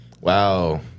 Wow